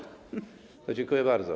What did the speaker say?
To dziękuję bardzo.